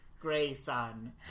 Grayson